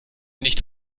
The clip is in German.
nicht